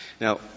Now